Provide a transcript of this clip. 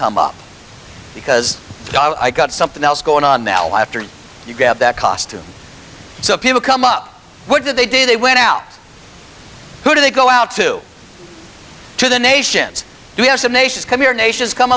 come up because i've got something else going on now after you get that costume so people come up what do they do they went out who do they go out to to the nations we have some nations come